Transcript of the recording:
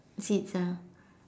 seats ah